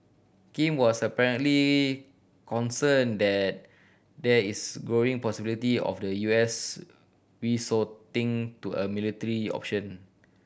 Kim was apparently concerned that there is growing possibility of the U S resorting to a military option